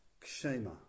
kshema